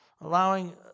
Allowing